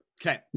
Okay